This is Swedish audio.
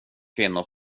kvinnor